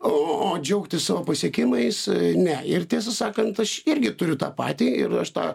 o džiaugtis savo pasiekimais ne ir tiesą sakant aš irgi turiu tą patį ir aš tą